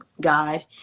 god